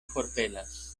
forpelas